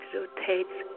rotates